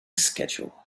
schedule